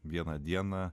vieną dieną